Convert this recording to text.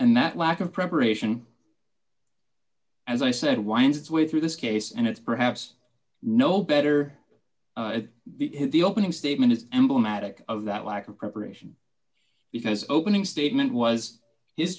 and that lack of preparation as i said winds its way through this case and it's perhaps no better the opening statement is emblematic of that lack of preparation because opening statement was his